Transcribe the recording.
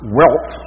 wealth